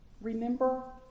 Remember